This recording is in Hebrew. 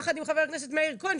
יחד עם חבר הכנסת מאיר כהן,